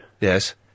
Yes